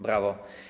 Brawo.